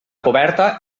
coberta